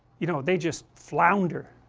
you know, they just flounder